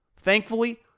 Thankfully